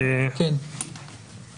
בואו לא נכפיש אנשים.